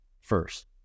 first